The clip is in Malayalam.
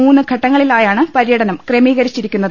മൂന്ന് ഘട്ടങ്ങളായാണ് പര്യട നം ക്രമീകരിച്ചിരിക്കുന്നത്